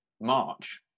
March